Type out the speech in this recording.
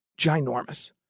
ginormous